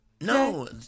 No